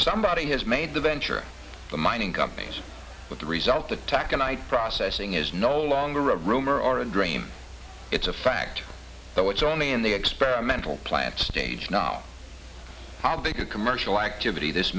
somebody has made the venture the mining companies but the result the taconite processing is no longer a rumor or a dream it's a fact though it's only in the experimental plant stage now how big a commercial activity this